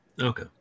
Okay